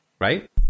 right